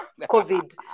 COVID